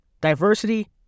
diversity